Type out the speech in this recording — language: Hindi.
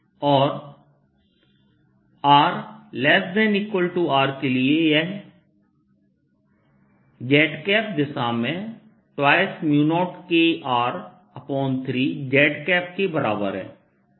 और r≤Rके लिए यह z दिशा में 20KR3z के बराबर है